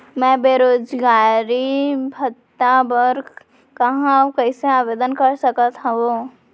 मैं बेरोजगारी भत्ता बर कहाँ अऊ कइसे आवेदन कर सकत हओं?